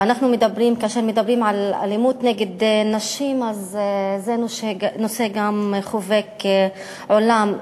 וכאשר מדברים על אלימות נגד נשים אז זה נושא חובק עולם.